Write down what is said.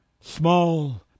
small